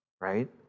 right